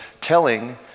telling